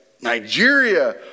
Nigeria